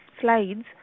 slides